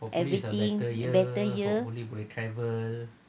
everything better year